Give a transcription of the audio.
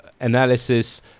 analysis